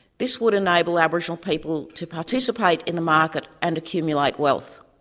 this would enable aboriginal people to participate in the market and accumulate wealth.